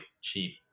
cheap